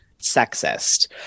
sexist